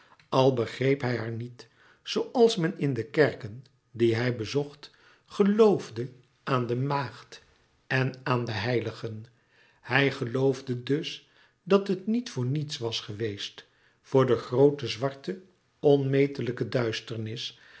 al begreep hij haar niet zooals men in de kerken die hij bezocht geloofde aan de maagd en aan de heiligen hij geloofde dus dat het niet voor niets was geweest voor de groote zwarte onmetelijke duisternis